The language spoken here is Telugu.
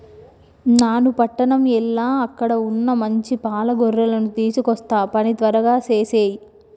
నాను పట్టణం ఎల్ల అక్కడ వున్న మంచి పాల గొర్రెలను తీసుకొస్తా పని త్వరగా సేసేయి